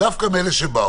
דווקא עם אלה שבאו.